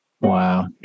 Wow